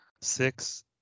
six